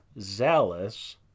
zealous